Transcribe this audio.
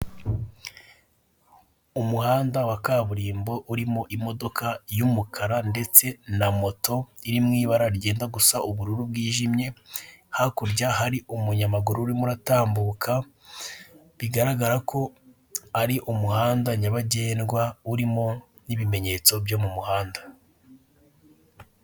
Umuhanda wa kaburimbo urimo imodoka y'umukara ndetse na moto iri mu ibara ryenda gusa ubururu bwijimye, hakurya hari umunyamaguru urimo uratambuka bigaragara ko ari umuhanda nyabagendwa urimo n'ibimenyetso byo mu muhanda.